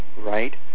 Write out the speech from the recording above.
right